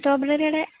സ്ട്രോബെറിയുടെ